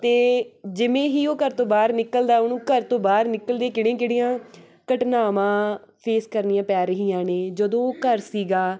ਅਤੇ ਜਿਵੇਂ ਹੀ ਉਹ ਘਰ ਤੋਂ ਬਾਹਰ ਨਿਕਲਦਾ ਉਹਨੂੰ ਘਰ ਤੋਂ ਬਾਹਰ ਨਿਕਲਦੇ ਕਿਹੜੀਆਂ ਕਿਹੜੀਆਂ ਘਟਨਾਵਾਂ ਫੇਸ ਕਰਨੀਆਂ ਪੈ ਰਹੀਆਂ ਨੇ ਜਦੋਂ ਉਹ ਘਰ ਸੀਗਾ